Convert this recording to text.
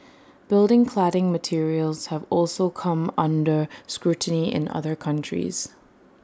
building cladding materials have also come under scrutiny in other countries